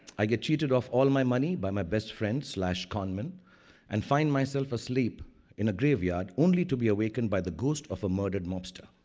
i get cheated of all my money by my best friend so like conman and find myself asleep in graveyard only to be awaken by the ghost of the murdered mobster.